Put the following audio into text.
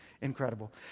incredible